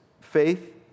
faith